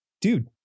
dude